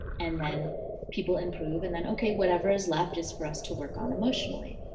and then people improve and then okay, whatever is left is for us to work on emotionally.